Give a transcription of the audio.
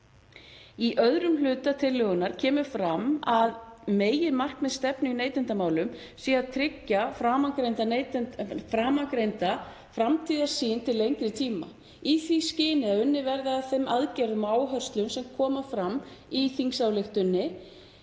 Í öðrum hluta tillögunnar kemur fram að meginmarkmið stefnu í neytendamálum sé að tryggja framangreinda framtíðarsýn til lengri tíma í því skyni að unnið verði að þeim aðgerðum og áherslum sem koma fram í þingsályktunartillögunni